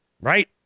Right